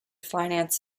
finance